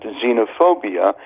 xenophobia